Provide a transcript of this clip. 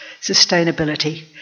sustainability